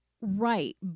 Right